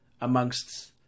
amongst